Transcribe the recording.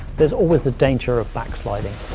there's always the danger of backsliding